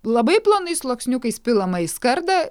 labai plonais sluoksniukais pilama į skardą